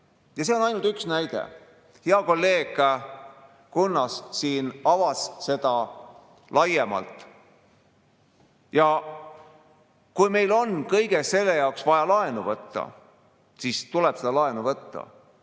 See on ainult üks näide. Hea kolleeg Kunnas siin avas seda laiemalt. Ja kui meil on kõige selle jaoks vaja laenu võtta, siis tuleb seda laenu võtta